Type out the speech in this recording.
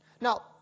Now